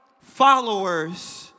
followers